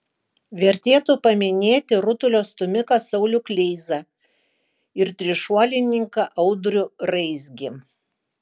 vertėtų paminėti rutulio stūmiką saulių kleizą ir trišuolininką audrių raizgį